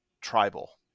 tribal